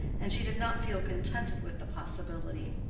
and she did not feel contented with the possibility.